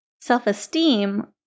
self-esteem